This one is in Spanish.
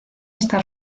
esta